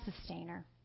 sustainer